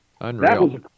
Unreal